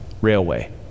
Railway